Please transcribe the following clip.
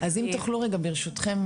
אם תוכלו ברשותכם,